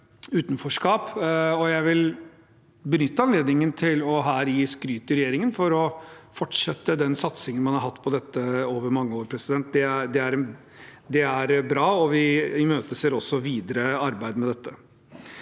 Jeg vil benytte anledningen til å gi skryt til regjeringen for å fortsette den satsingen man har hatt på dette over mange år. Det er bra, og vi imøteser også videre arbeid med dette.